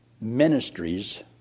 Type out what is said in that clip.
ministries